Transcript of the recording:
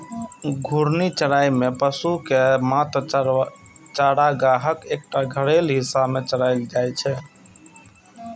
घूर्णी चराइ मे पशु कें मात्र चारागाहक एकटा घेरल हिस्सा मे चराएल जाइ छै